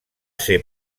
ser